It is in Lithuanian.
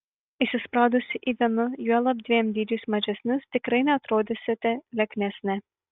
įsispraudusi į vienu juolab dviem dydžiais mažesnius tikrai neatrodysite lieknesnė